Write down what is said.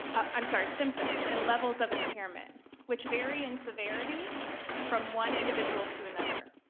i'm sorry, symptoms and levels of impairment which vary in severity from one individual to another.